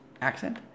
Accent